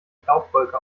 staubwolke